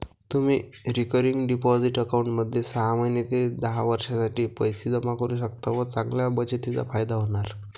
तुम्ही recurring deposit अकाउंटमध्ये सहा महिने ते दहा वर्षांसाठी पैसे जमा करू शकता व चांगल्या बचतीचा फायदा होणार